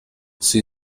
she